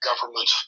government